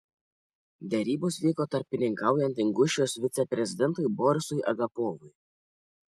derybos vyko tarpininkaujant ingušijos viceprezidentui borisui agapovui